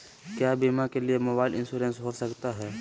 क्या बीमा के लिए मोबाइल इंश्योरेंस हो सकता है?